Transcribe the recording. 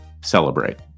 celebrate